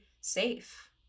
safe